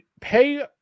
pay